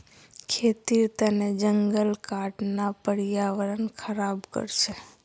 खेतीर तने जंगल काटना पर्यावरण ख़राब कर छे